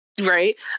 right